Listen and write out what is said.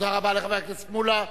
תודה רבה לחבר הכנסת מולה.